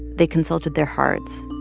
they consulted their hearts,